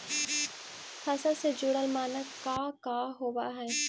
फसल से जुड़ल मानक का का होव हइ?